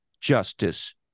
justice